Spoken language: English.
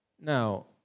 Now